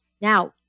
Now